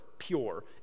pure